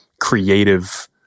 creative